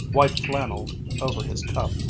white-flanneled, over his cup.